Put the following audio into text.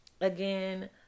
Again